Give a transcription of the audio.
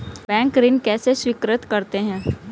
Bank ऋण कैसे स्वीकृत करते हैं?